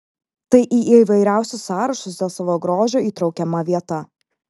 tai į įvairiausius sąrašus dėl savo grožio įtraukiama vieta